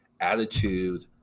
attitude